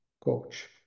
coach